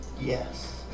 Yes